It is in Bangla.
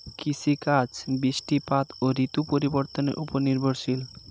কৃষিকাজ বৃষ্টিপাত ও ঋতু পরিবর্তনের উপর নির্ভরশীল